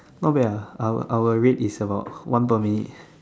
not bad ah our our rate is about one per minute